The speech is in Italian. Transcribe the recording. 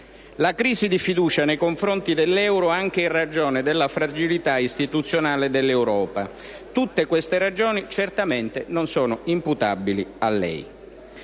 la crisi di fiducia nei confronti dell'euro anche in ragione della fragilità istituzionale dell'Europa. Tutte queste ragioni certamente non sono imputabili a lei.